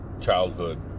childhood